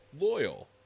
Loyal